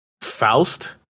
Faust